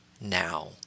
Now